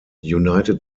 united